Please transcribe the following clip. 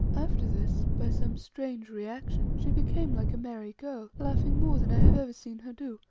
after this, by some strange reaction, she became like a merry girl, laughing more than i have ever seen her do,